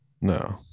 No